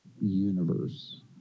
universe